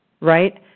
right